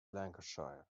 lancashire